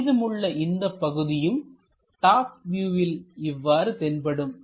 மீதமுள்ள இந்தப் பகுதியும் டாப் வியூவில் இவ்வாறு தென்படும்